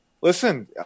Listen